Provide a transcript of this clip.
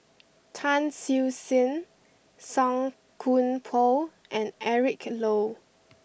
Tan Siew Sin Song Koon Poh and Eric Low